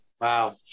Wow